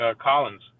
Collins